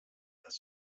das